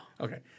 Okay